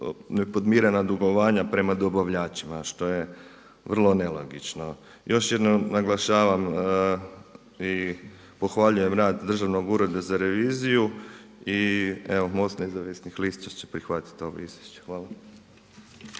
nepodmirena dugovanja prema dobavljačima što je vrlo nelogično. Još jednom naglašavam i pohvaljujem rad Državnog ureda za reviziju i evo MOST Nezavisnih lista će prihvatiti ovo izvješće. Hvala.